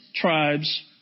tribes